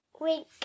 wink